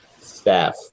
staff